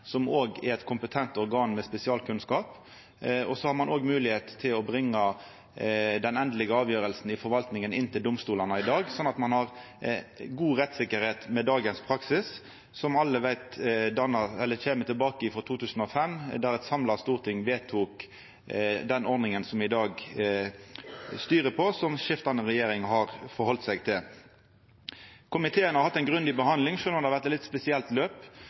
å bringe den endelege avgjerda i forvaltninga inn for domstolane, så ein har god rettstryggleik med dagens praksis. Som alle veit, går dette tilbake til 2005, då eit samla storting vedtok den ordninga som me i dag styrer på, og som skiftande regjeringar har halde seg til. Komiteen har hatt ei grundig behandling, sjølv om det har vore eit litt spesielt løp